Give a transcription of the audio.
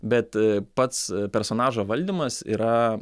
bet e pats personažo valdymas yra